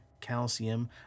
calcium